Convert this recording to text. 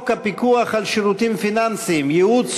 הפיקוח על שירותים פיננסיים (ייעוץ,